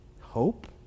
hope